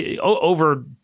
over